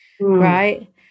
right